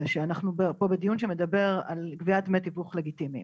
שאנחנו פה בדיון שמדבר על גביית דמי תיווך לגיטימיים